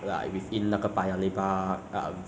ah 顾客去那边 ah